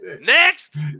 Next